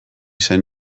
zen